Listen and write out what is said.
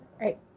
right